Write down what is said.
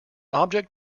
object